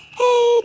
hey